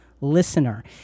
listener